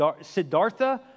Siddhartha